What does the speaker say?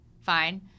Fine